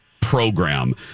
program